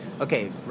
Okay